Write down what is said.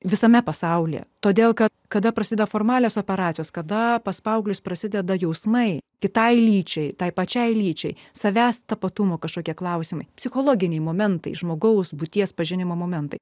visame pasaulyje todėl kad kada prasideda formalios operacijos kada pas paauglius prasideda jausmai kitai lyčiai tai pačiai lyčiai savęs tapatumo kažkokie klausimai psichologiniai momentai žmogaus būties pažinimo momentai